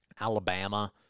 Alabama